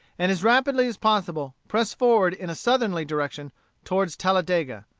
and as rapidly as possible pressed forward in a southerly direction toward talladega,